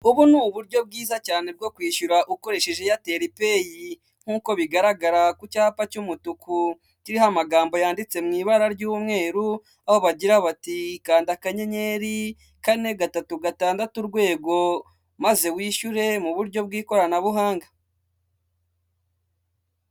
Ubu ni uburyo bwiza cyane bwo kwishyura ukoresheje Eyateli Peyi. Nk'uko bigaragara ku cyapa cy'umutuku, kiriho amagambo yanditse mu ibara ry'umweru, aho bagira bati kanda akanyenyeri kane gatatu gatandatu urwego maze wishyure mu buryo bw'ikoranabuhanga.